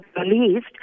released